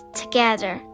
together